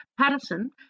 Patterson